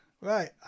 Right